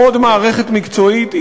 עוד מערכת מקצועית,